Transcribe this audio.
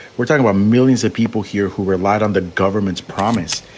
we're talking about millions of people here who relied on the government's promise.